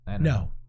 No